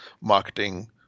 marketing